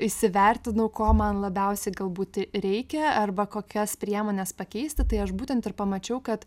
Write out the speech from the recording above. įsivertinau ko man labiausiai galbūt reikia arba kokias priemones pakeisti tai aš būtent ir pamačiau kad